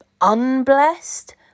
unblessed